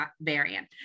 variant